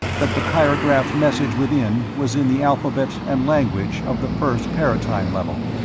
that the pyrographed message within was in the alphabet and language of the first paratime level